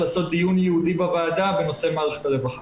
לעשות דיון ייעודי בוועדה בנושא מערכת הרווחה.